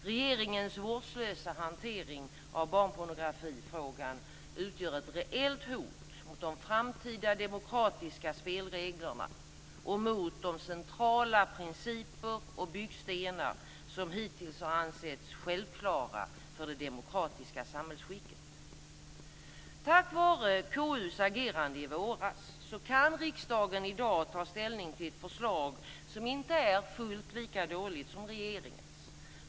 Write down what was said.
Regeringens vårdslösa hantering av barnpornografifrågan utgör ett reellt hot mot de framtida demokratiska spelreglerna och mot de centrala principer och byggstenar som hittills har ansetts som självklara för det demokratiska samhällsskicket. Tack vare KU:s agerande i våras kan riksdagen i dag ta ställning till ett förslag som inte är fullt så dåligt som regeringens.